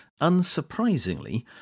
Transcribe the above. unsurprisingly